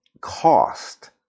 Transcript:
cost